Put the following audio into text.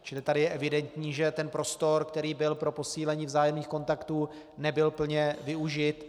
Čili tady je evidentní, že prostor, který byl pro posílení vzájemných kontaktů, nebyl plně využit.